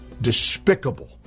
despicable